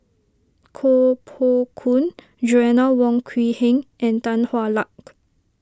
Koh Poh Koon Joanna Wong Quee Heng and Tan Hwa Luck